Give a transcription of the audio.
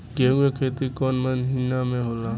गेहूं के खेती कौन महीना में होला?